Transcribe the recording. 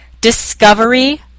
discovery